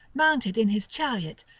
mounted in his chariot,